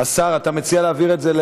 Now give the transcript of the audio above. השר, אתה מציע להעביר את זה?